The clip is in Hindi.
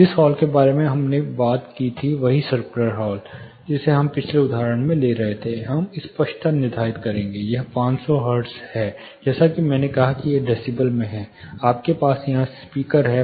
जिस हॉल के बारे में हमने बात की थी वही सर्कुलर हॉल जिसे हम पिछले उदाहरण में ले रहे थे हम स्पष्टता निर्धारित करेंगे यह 500 हर्ट्ज है जैसा कि मैंने कहा कि यह डेसीबल में है आपके पास यहां स्पीकर हैं